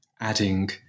adding